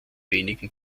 wenigen